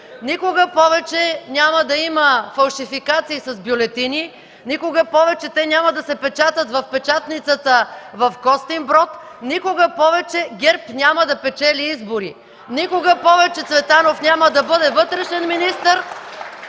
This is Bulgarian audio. никога повече няма да има фалшификации с бюлетини, никога повече те няма да се печатат в печатницата в Костинброд, никога повече ГЕРБ няма да печели избори (ръкопляскания от ДПС), никога повече Цветанов няма да бъде вътрешен министър